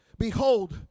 Behold